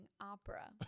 opera